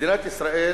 מדינת ישראל